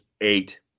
eight